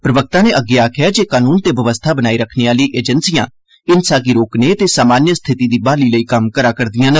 प्रवक्ता नै अग्गे आखेआ जे कानून ते बवस्था बनाई रक्खने आह्ली एजेंसियां हिंसा गी रोकने ते सामान्य स्थिति दी ब्हाली लेई कम्म करा करदिआं न